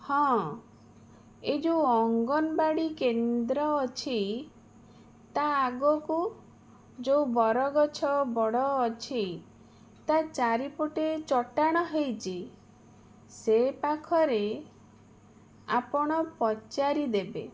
ହଁ ଏ ଯେଉଁ ଅଙ୍ଗନବାଡ଼ି କେନ୍ଦ୍ର ଅଛି ତା ଆଗକୁ ଯେଉଁ ବର ଗଛ ବଡ଼ ଅଛି ତା ଚାରିପଟେ ଚଟାଣ ହେଇଛି ସେ ପାଖରେ ଆପଣ ପଚାରିଦେବେ